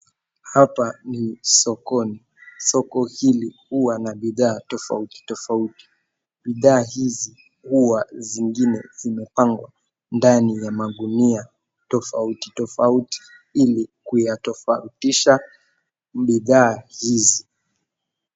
Hapa ni sokoni, soko hili huwa na bidhaa tofauti tofauti. Bidhaa hizi huwa zingine zimepangwa ndani ya magunia tofauti tofauti ili kuyatofautisha bidhaa hizi.